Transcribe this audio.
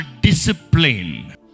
discipline